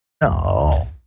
No